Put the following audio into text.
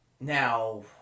now